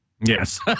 Yes